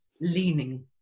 leaning